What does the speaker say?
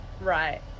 Right